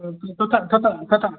तथ तथ तथा